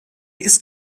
ist